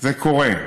זה קורה.